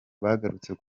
bagarutse